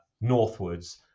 northwards